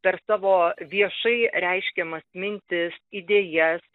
per savo viešai reiškiamas mintis idėjas